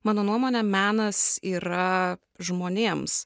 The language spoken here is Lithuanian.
mano nuomone menas yra žmonėms